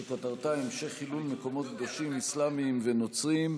שכותרתה: המשך חילול מקומות קדושים אסלאמיים ונוצריים.